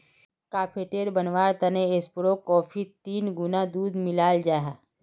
cafe latte बनवार तने espresso कोफ्फीत तीन गुणा दूध मिलाल जाहा